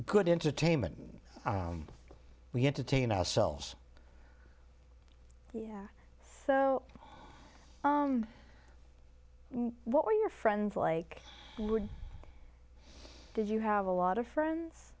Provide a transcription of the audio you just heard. good entertainment we entertain ourselves yeah so what were your friends like did you have a lot of friends